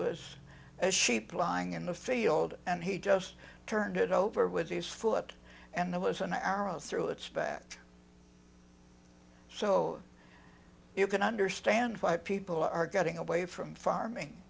was as sheep lying in the field and he just turned it over with his foot and there was an iris through its back so you can understand why people are getting away from farming